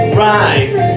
rise